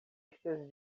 artistas